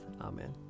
Amen